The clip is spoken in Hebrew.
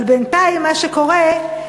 אבל בינתיים מה שקורה,